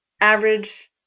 average